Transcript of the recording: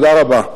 תודה רבה.